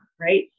right